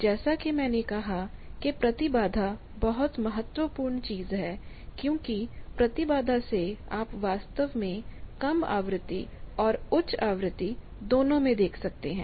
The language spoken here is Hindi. जैसा कि मैंने कहा कि प्रतिबाधा बहुत महत्वपूर्ण चीज है क्योंकि प्रतिबाधा से आप वास्तव में कम आवृत्ति और उच्च आवृत्ति दोनों में देख सकते हैं